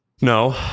No